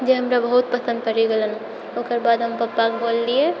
जे हमरा बहुत पसन्द पड़ि गेलनि ओकर बाद हम पप्पाके बोललियै